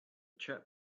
chap